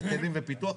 היטלים ופיתוח,